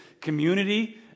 community